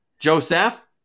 Joseph